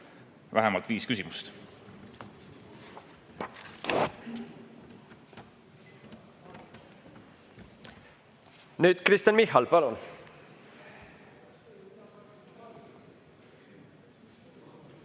vähemalt viis küsimust. Nüüd Kristen Michal, palun!